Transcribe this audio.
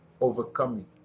overcoming